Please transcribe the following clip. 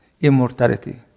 immortality